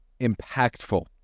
impactful